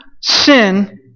sin